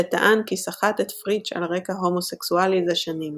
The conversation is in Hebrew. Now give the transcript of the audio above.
שטען כי סחט את פריטש על רקע הומוסקסואלי זה שנים.